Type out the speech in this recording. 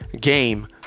game